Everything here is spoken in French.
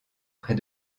près